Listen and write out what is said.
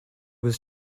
was